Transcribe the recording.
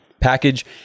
package